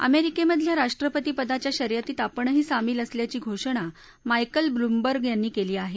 अमेरिकेमधल्या राष्ट्रपतीपदाच्या शर्यतीत आपणही सामील असल्याची घोषणा मायकल ब्लूमबर्ग यांनी केली आहे